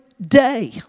Day